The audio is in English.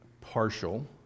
partial